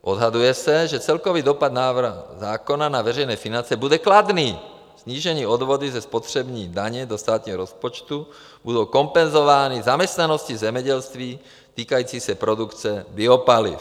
Odhaduje se, že celkový dopad návrhu zákona na veřejné finance bude kladný, snížené odvody ze spotřební daně do státního rozpočtu budou kompenzovány zaměstnaností v zemědělství týkající se produkce biopaliv.